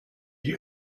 you